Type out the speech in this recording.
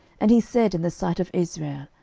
and he said in the sight of israel,